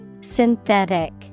Synthetic